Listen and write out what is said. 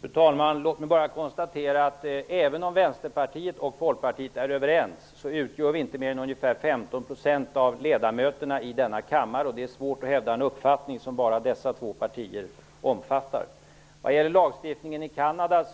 Fru talman! Låt mig konstatera att även om Vänsterpartiet och Folkpartiet är överens, utgör vi inte mer än ungefär 15 % av ledamöterna i denna kammare. Det är svårt att hävda en uppfattning som bara dessa två partier omfattar. Jag kan inte lagstiftningen i Canada